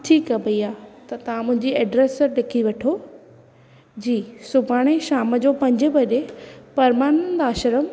ठीकु आहे भईया त तव्हां मुंहिंजी एड्रेस लिखी वठो जी सुभाणे शाम जो पंजे बजे परमानंद आश्रम